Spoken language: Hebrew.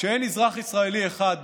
שאין אזרח ישראלי אחד,